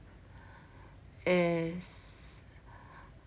is